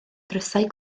drysau